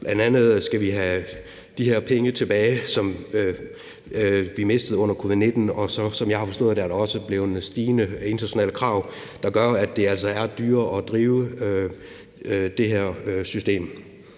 Bl.a. skal vi have de her penge, som vi mistede under covid-19, tilbage, og som jeg har forstået det, er der også en stigning i internationale krav, der gør, at det altså er dyrere at drive det her system.